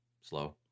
slow